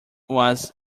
was